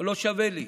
לא שווה לי.